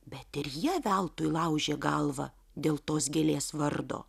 bet ir jie veltui laužė galvą dėl tos gėlės vardo